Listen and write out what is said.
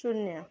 शून्य